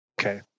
Okay